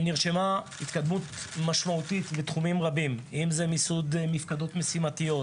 נרשמה התקדמות משמעותית בתחומים רבים אם זה מיסוד של מפקדות משימתיות,